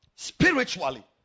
Spiritually